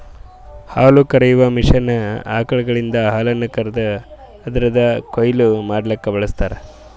ಹಾಲುಕರೆಯುವ ಮಷೀನ್ ಆಕಳುಗಳಿಂದ ಹಾಲನ್ನು ಕರೆದು ಅದುರದ್ ಕೊಯ್ಲು ಮಡ್ಲುಕ ಬಳ್ಸತಾರ್